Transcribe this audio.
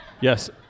Yes